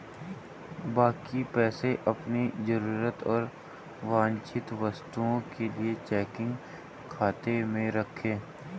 बाकी पैसे अपनी जरूरत और वांछित वस्तुओं के लिए चेकिंग खाते में रखें